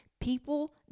People